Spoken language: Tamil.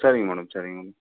சரிங்க மேடம் சரிங்க மேடம்